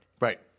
Right